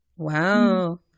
wow